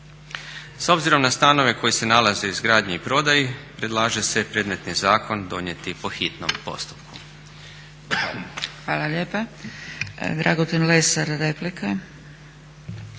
S obzirom na stanove koji se nalaze u izgradnji i prodaji predlaže se predmetni zakon donijeti po hitnom postupku.